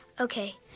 Okay